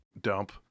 Dump